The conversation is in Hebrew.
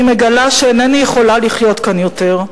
אני מגלה שאינני יכולה לחיות כאן יותר.